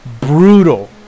brutal